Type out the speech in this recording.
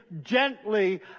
gently